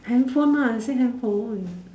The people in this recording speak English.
handphone lah I say handphone